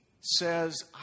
says